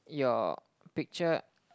your picture